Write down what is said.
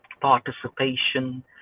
participation